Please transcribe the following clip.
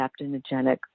adaptogenic